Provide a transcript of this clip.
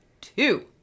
two